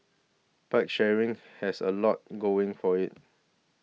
bike sharing has a lot going for it